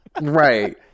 right